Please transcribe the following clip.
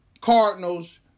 Cardinals